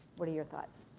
what are your thoughts?